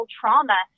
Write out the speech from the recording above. trauma